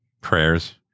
prayers